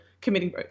committing